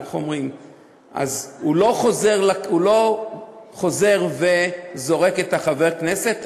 אז הוא לא חוזר וזורק את חבר הכנסת,